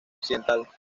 occidental